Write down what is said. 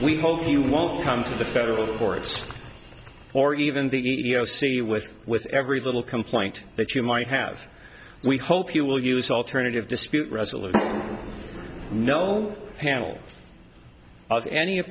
we hope you won't come to the federal courts or even the e e o c with with every little complaint that you might have we hope you will use alternative dispute resolution no panel any